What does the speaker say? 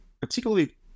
particularly